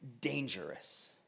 dangerous